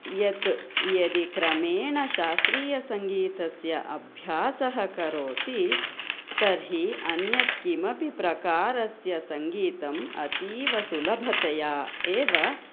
यत् यदि क्रमेण शास्त्रीयसङ्गीतस्य अभ्यासः करोति तर्हि अन्यत् किमपि प्रकारस्य सङ्गीतम् अतीवसुलभतया एव